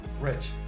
rich